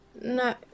No